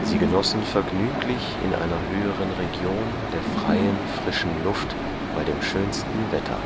sie genossen vergnüglich in einer höheren region der freien frischen luft bei dem schönsten wetter